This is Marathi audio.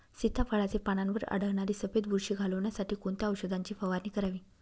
सीताफळाचे पानांवर आढळणारी सफेद बुरशी घालवण्यासाठी कोणत्या औषधांची फवारणी करावी?